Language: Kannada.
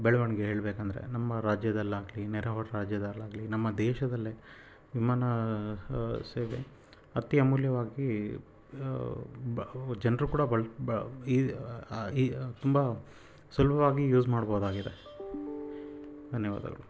ಬೆಳವಣ್ಗೆ ಹೇಳಬೇಕಂದ್ರೆ ನಮ್ಮ ರಾಜ್ಯದಲ್ಲಿ ಆಗಲೀ ನೆರೆಹೊರೆ ರಾಜ್ಯದಲ್ಲಿ ಆಗಲೀ ನಮ್ಮ ದೇಶದಲ್ಲೇ ವಿಮಾನ ಸೇವೆ ಅತೀ ಅಮೂಲ್ಯವಾಗಿ ಬ ಜನರು ಕೂಡ ಬಳ್ ಬ ಈ ಈ ತುಂಬ ಸುಲಭವಾಗಿ ಯೂಝ್ ಮಾಡ್ಬೋದಾಗಿದೆ ಧನ್ಯವಾದಗಳು